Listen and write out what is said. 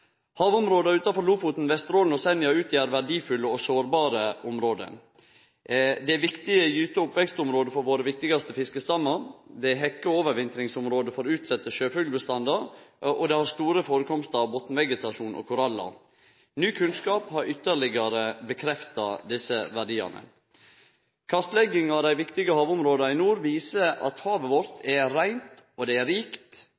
Havområda utanfor Lofoten, Vesterålen og Senja utgjer verdifulle og sårbare område. Det er viktige gyte- og oppvekstområde for våre viktigaste fiskestammar, det er hekke- og overvintringsområde for utsette sjøfuglbestandar, og dei har store førekomstar av botnvegetasjon og korallar. Ny kunnskap har ytterlegare bekrefta desse verdiane. Kartlegginga av dei viktige havområda i nord viser at havet vårt er reint og rikt,